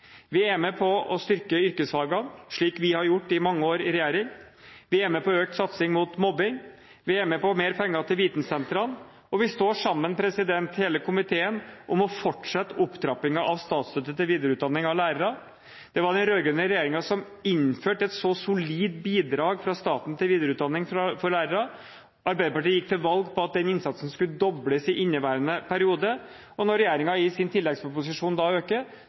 Vi er med på å styrke yrkesfagene, slik vi har gjort i mange år i regjering. Vi er med på økt satsing mot mobbing. Vi er med på mer penger til vitensentrene, og vi står sammen – hele komiteen – om å fortsette opptrappingen av statsstøtte til videreutdanning av lærere. Det var den rød-grønne regjeringen som innførte et så solid bidrag fra staten til videreutdanning for lærere, at Arbeiderpartiet gikk til valg på at den innsatsen skulle dobles i inneværende periode. Når regjeringen i sin tilleggsproposisjon øker